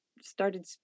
started